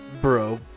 Bro